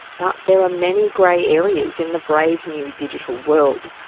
but there are many grey areas in the brave new digital world.